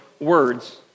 words